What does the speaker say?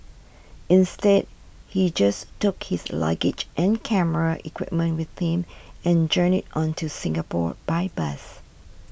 instead he just took his luggage and camera equipment with him and journeyed on to Singapore by bus